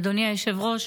אדוני היושב-ראש,